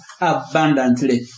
abundantly